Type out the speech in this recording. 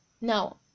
now